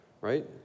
right